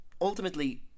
ultimately